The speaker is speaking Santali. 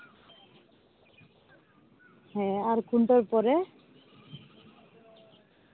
ᱦᱮᱸ ᱟᱨ ᱠᱷᱩᱱᱴᱟᱹᱣ ᱯᱚᱨᱮ